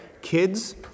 Kids